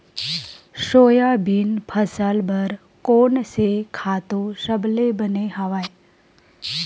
Soybean फसल बर कोन से खातु सबले बने हवय?